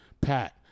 Pat